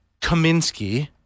Kaminsky